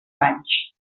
banys